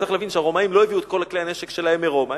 צריך להבין שהרומאים לא הביאו את כל כלי הנשק שלהם מרומא,